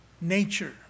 nature